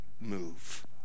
move